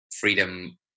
freedom